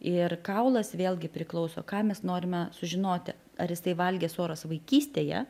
ir kaulas vėlgi priklauso ką mes norime sužinoti ar jisai valgė soras vaikystėje